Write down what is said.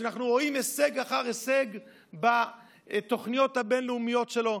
ואנחנו רואים הישג אחר הישג בתוכניות הבין-לאומיות שלו,